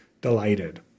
delighted